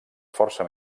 força